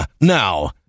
Now